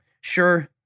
Sure